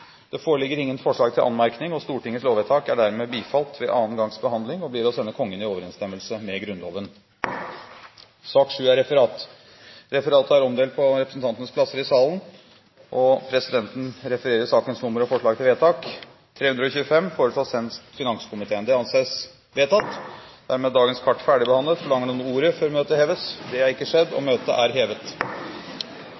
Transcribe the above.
Det foreligger ingen forslag til anmerkning, og Stortingets lovvedtak er dermed bifalt ved andre gangs behandling og blir å sende Kongen i overensstemmelse med Grunnloven. Dermed er dagens kart ferdigbehandlet. Forlanger noen ordet før møtet heves? – Møtet er